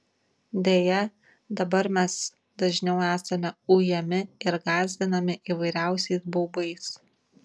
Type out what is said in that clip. deja dabar mes dažniau esame ujami ir gąsdinami įvairiausiais baubais